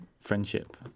friendship